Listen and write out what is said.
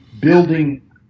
building